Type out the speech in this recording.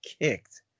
kicked